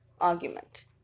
argument